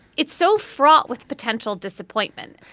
it's so fraught with potential disappointment.